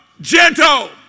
Gentle